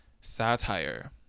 satire